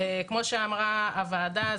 כמו שאמרה הוועדה,